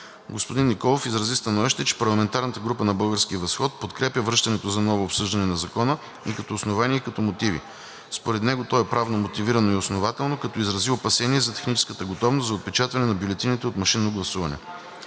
Господин Николов изрази становище, че парламентарната група на „Български възход“ подкрепя връщането за ново обсъждане на Закона и като основание, и като мотиви. Според него то е правно мотивирано и основателно, като изрази опасение за техническата готовност за отпечатване на бюлетините за машинно гласуване